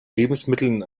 lebensmitteln